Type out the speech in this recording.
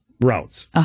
routes